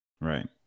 Right